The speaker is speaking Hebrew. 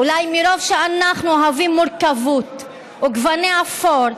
אולי מרוב שאנחנו אוהבים מורכבות וגוני אפור,